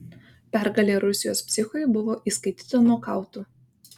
pergalė rusijos psichui buvo įskaityta nokautu